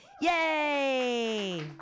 Yay